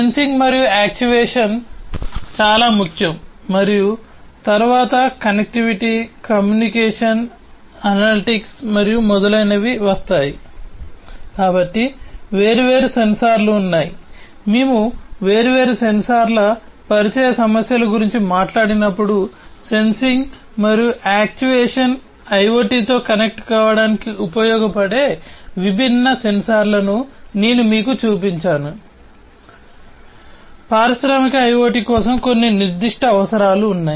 sensing మరియు actuation అవసరాలు ఉన్నాయి